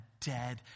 dead